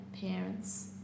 parents